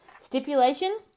stipulation